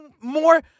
more